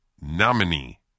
Nominee